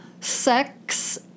sex